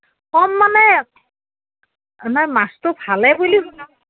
কম মানে নাই মাছটো ভালে বুলি